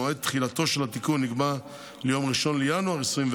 מועד תחילתו של התיקון נקבע ליום 1 בינואר 2024,